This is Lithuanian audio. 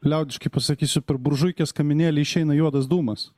liaudiškai pasakysiu per buržuikės kaminėlį išeina juodas dūmas